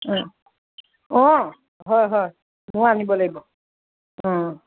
অঁ অঁ হয় হয় মই আনিব লাগিব অঁ